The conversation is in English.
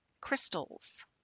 crystals